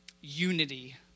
unity